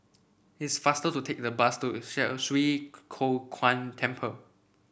it's faster to take the bus to Share Swee Kow Kuan Temple